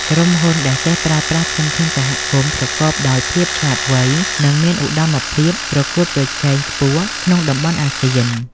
ក្រុមហ៊ុនដែលចេះប្រើប្រាស់ធនធានសហគមន៍ប្រកបដោយភាពឆ្លាតវៃ នឹងមានឧត្តមភាពប្រកួតប្រជែងខ្ពស់ក្នុងតំបន់អាស៊ាន។